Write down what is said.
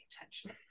attention